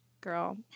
Girl